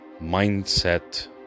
mindset